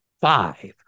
Five